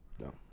No